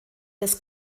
des